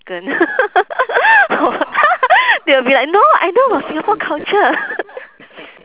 ~can they will be like no I know about singapore culture